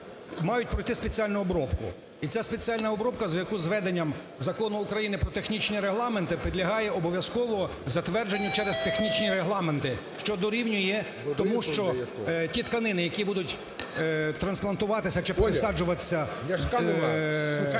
мають пройти спеціальну обробку. І ця спеціальна обробка, яку з введенням Закону України "Про технічні регламенти" підлягає обов'язково затвердженню через технічні регламенти, що дорівнює, тому що ті тканини, які будуть трансплантуватися чи пересаджуватися людям,